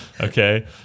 Okay